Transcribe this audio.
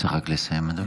אתה צריך רק לסיים, אדוני.